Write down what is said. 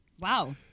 Wow